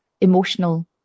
Emotional